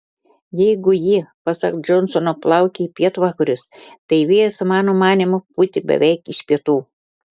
jeigu ji pasak džonsono plaukė į pietvakarius tai vėjas mano manymu pūtė beveik iš pietų